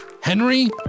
Henry